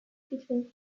between